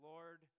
Lord